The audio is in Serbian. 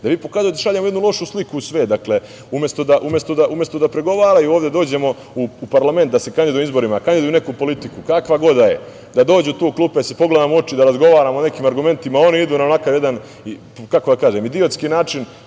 instituciju, da šaljemo jednu lošu sliku u svet. Dakle, umesto da pregovaraju ovde da uđu u parlament, da se kandidujemo na izborima, kandiduju neku politiku, kakva god da je, da dođu tu u klupe, da se pogledamo u oči, da razgovaramo o nekim argumentima, oni idu na onakav jedan, kako da kažem, idiotski način,